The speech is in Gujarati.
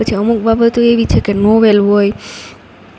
પછી અમુક બાબતો એવી છે કે નોવેલ હોય